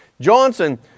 Johnson